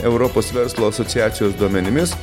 europos verslo asociacijos duomenimis